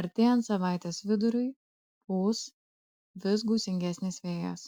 artėjant savaitės viduriui pūs vis gūsingesnis vėjas